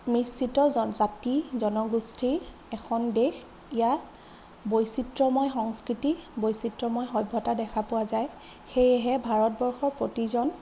মিশ্ৰিত জাতি জনগোষ্ঠীৰ এখন দেশ ইয়াত বৈচিত্ৰ্যময় সংস্কৃতি বৈচিত্ৰ্যময় সভ্যতা দেখা পোৱা যায় সেয়েহে ভাৰতবৰ্ষৰ প্ৰতিজন